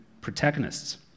protagonists